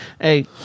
Hey